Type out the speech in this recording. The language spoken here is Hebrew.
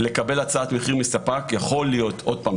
לקבל הצעת מחיר מספק יכול להיות עוד פעם,